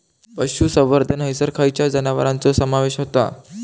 पशुसंवर्धन हैसर खैयच्या जनावरांचो समावेश व्हता?